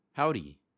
Howdy